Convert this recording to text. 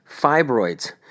fibroids